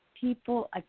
people